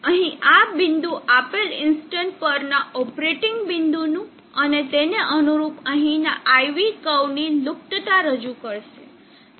અહીં આ બિંદુ આપેલ ઇન્સ્ટન્ટ પરના ઓપરેટિંગ બિંદુનું અને તેને અનુરૂપ અહીંના IV કર્વ ની લુપ્તતા રજૂ કરશે